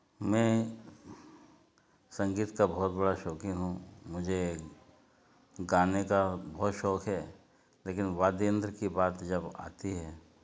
मैं संगीत का बहुत बड़ा शौकीन हूँ मुझे गाने का बहुत शौक़ है लेकिन वाद्ययंत्र की बात जब आती है